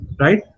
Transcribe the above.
right